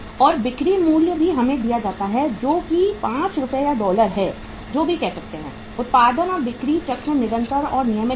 और बिक्री मूल्य भी हमें दिया जाता है जो कि 5 रुपये या डॉलर है जो भी कहते हैं उत्पादन और बिक्री चक्र निरंतर और नियमित है